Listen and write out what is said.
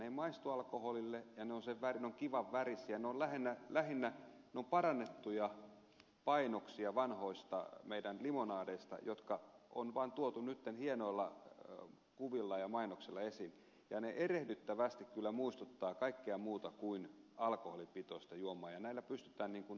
ne eivät maistu alkoholilta ne ovat kivan värisiä ne ovat lähinnä parannettuja painoksia meidän vanhoista limonadeista jotka on nyt vaan tuotu hienoilla kuvilla ja mainoksilla esiin ja ne erehdyttävästi kyllä muistuttavat kaikkea muuta kuin alkoholipitoista juomaa